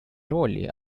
роли